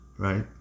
right